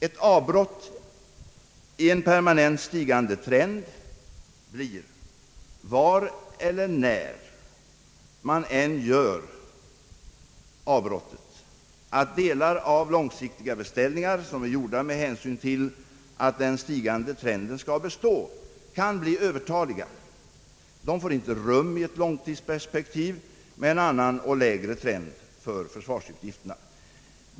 Ett avbrott i en permanent stigande trend, var eller när man än gör avbrottet, innebär att delar av långsiktiga beställningar, som är gjorda med hänsyn till att den stigande trenden skall bestå, kan bli övertaliga. De får inte rum i ett långtidsperspektiv med en annan och lägre trend för försvarsutgifterna.